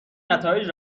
نتایج